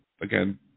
again